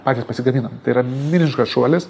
patys pasigaminam tai yra milžiniškas šuolis